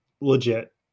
legit